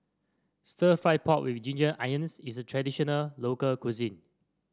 Stir Fried Pork with Ginger Onions is a traditional local cuisine